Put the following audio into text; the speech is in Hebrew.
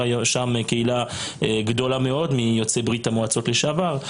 קהילה גדולה מאוד של יוצאי ברית המועצות לשעבר.